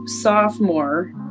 sophomore